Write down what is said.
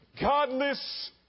godless